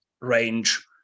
range